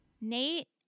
Nate